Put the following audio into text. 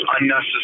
Unnecessary